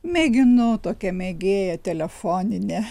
mėginau tokia mėgėja telefoninė